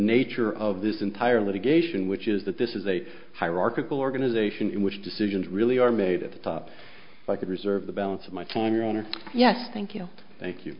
nature of this entire litigation which is that this is a hierarchical organization in which decisions really are made at the top like reserve the balance of my time your honor yes thank you thank you